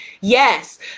Yes